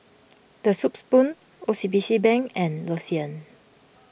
the Soup Spoon O C B C Bank and L'Occitane